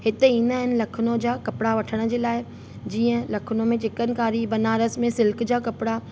हिते ईंदा आहिनि लखनऊ जा कपिड़ा वठण जे लाइ जीअं लखनऊ में चिकनकारी बनारस में सिल्क जा कपिड़ा